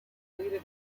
completed